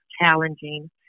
challenging